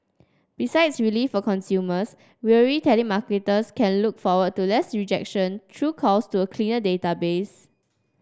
besides relief for consumers weary telemarketers can look forward to less rejection through calls to a clear database